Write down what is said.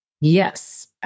Yes